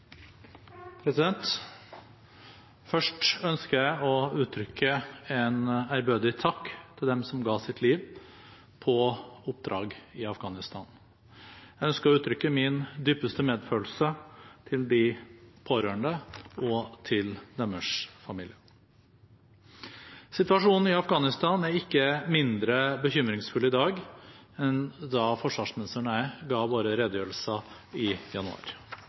dem som ga sitt liv på oppdrag i Afghanistan. Jeg ønsker å uttrykke min dypeste medfølelse med de pårørende og overfor familiene. Situasjonen i Afghanistan er ikke mindre bekymringsfull i dag enn da forsvarsministeren og jeg ga våre redegjørelser i januar.